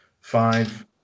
Five